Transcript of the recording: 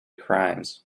crimes